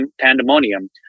pandemonium